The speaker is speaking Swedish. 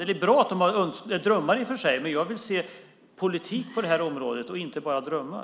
Det är i och för sig bra att de har drömmar, men jag vill se politik på det här området och inte bara drömmar.